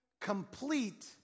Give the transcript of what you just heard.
complete